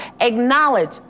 acknowledge